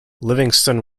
livingston